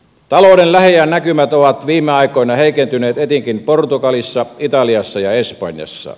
talouden lähiajan näkymät ovat viime aikoina heikentyneet etenkin portugalissa italiassa ja espanjassa